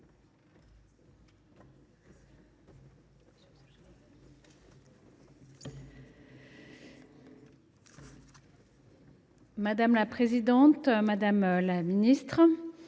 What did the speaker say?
Madame la présidente, madame la ministre,